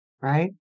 right